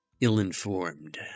ill-informed